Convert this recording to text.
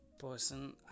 person